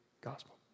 gospel